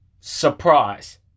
surprise